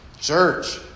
church